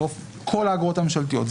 כל האגרות הממשלתיות,